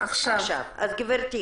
אז גברתי,